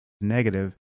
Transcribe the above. negative